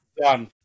done